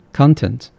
content